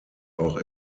auch